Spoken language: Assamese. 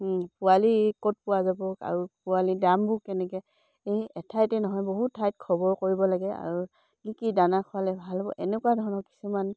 পোৱালী ক'ত পোৱা যাব আৰু পোৱালি দামবোৰ কেনেকে এই এঠাইতে নহয় বহুত ঠাইত খবৰ কৰিব লাগে আৰু কি কি দানা খোৱালে ভাল হ'ব এনেকুৱা ধৰণৰ কিছুমান